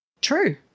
True